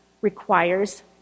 requires